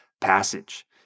passage